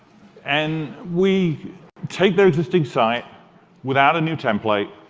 and we take their existing site without a new template,